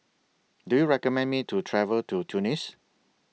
Do YOU recommend Me to travel to Tunis